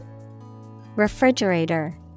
Refrigerator